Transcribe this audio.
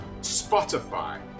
Spotify